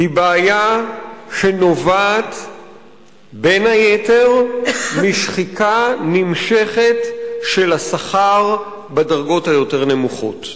היא בעיה שנובעת בין היתר משחיקה נמשכת של השכר בדרגות היותר-נמוכות.